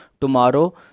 tomorrow